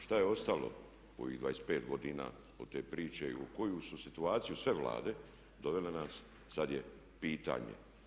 Šta je ostalo u ovih 25 godina od te priče i u koju su situaciju sve Vlade dovele nas sad je pitanje?